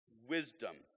wisdom